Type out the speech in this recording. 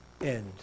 end